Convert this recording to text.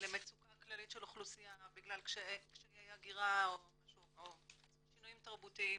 למצוקה כללית של אוכלוסייה בגלל קשיי הגירה או שינויים תרבותיים.